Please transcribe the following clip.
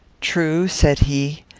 true, said he,